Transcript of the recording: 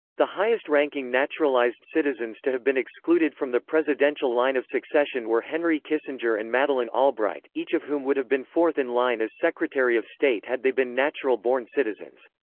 the highest-ranking naturalized citizens to have been excluded from the presidential line of succession were henry kissinger and madeleine albright, albright, each of whom would have been fourth in line as secretary of state had they been natural born citizens.